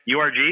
URG